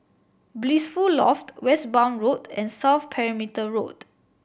Blissful Loft Westbourne Road and South Perimeter Road